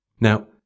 Now